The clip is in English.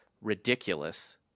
ridiculous